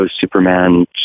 superman